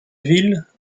ville